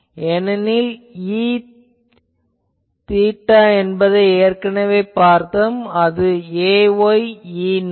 ஏனெனில் Ea என்பதை ஏற்கனவே பார்த்தோம் அது ay E0